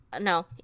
No